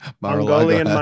Mongolian